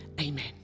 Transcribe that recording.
amen